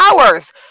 hours